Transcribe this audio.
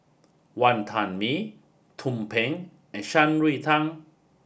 Wantan Mee Tumpeng and Shan Rui Tang